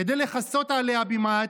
כדי לכסות עליה במעט,